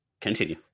Continue